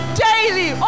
daily